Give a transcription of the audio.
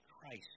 Christ